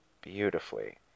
beautifully